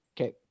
Okay